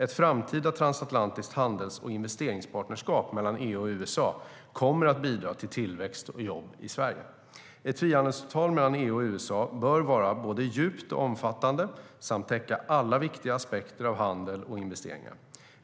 Ett framtida transatlantiskt handels och investeringspartnerskap mellan EU och USA kommer att bidra till tillväxt och jobb i Sverige.Ett frihandelsavtal mellan EU och USA bör vara både djupt och omfattande samt täcka alla viktiga aspekter av handel och investeringar.